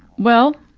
well,